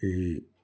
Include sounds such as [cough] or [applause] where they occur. [unintelligible]